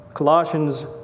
Colossians